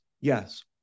Yes